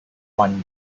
one